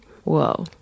Whoa